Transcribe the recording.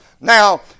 Now